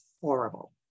horrible